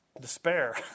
despair